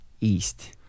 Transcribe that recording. east